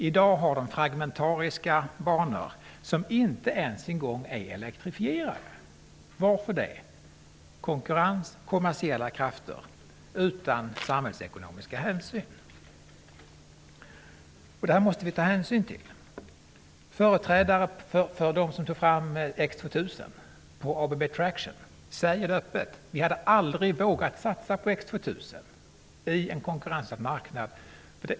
I dag finns bara fragmentariska banor som inte ens är elektrifierade. Varför? Konkurrens och kommersiella krafter utan samhällsekonomiska hänsyn. Detta måste vi ta med i beräkningen. Företrädare för dem som tog fram X 2000, ABB Traction, säger öppet: Vi hade aldrig vågat satsa på X 2000 i en konkurrensutsatt marknad.